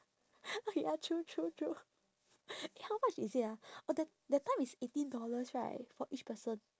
okay ya true true true eh how much is it ah oh that that time is eighteen dollars right for each person